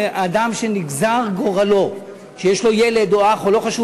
אדם שנגזר גורלו שיש לו ילד או אח או לא חשוב